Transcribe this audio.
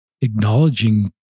acknowledging